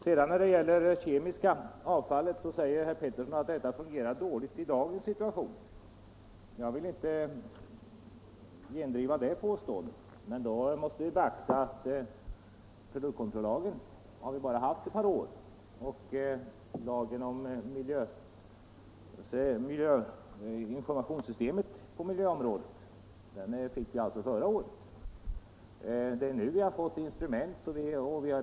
Herr Pettersson säger att behandlingen av det kemiska avfallet fungerar dåligt i dagens läge. Jag vill inte bestrida det påståendet. Men vi måste då beakta att produktkontrollagen bara funnits i några år, och lagen om informationssystemet på miljöområdet fick vi förra året.